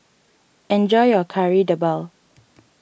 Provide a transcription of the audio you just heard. enjoy your Kari Debal